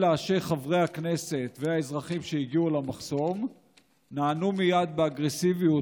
אלא שחברי הכנסת והאזרחים שהגיעו למחסום נענו מייד באגרסיביות,